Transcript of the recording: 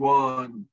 one